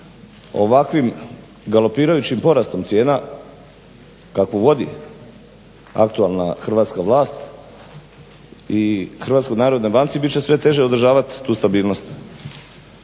ovakvim galopirajućim porastom cijena kakvu vodi aktualna hrvatska vlast i Hrvatskoj narodnoj banci bit će sve teže održavati tu stabilnost.